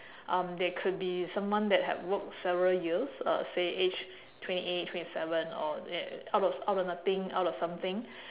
um they could be someone that have worked several years uh say age twenty eight twenty seven or out of out of nothing out of something